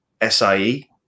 SIE